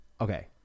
okay